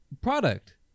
product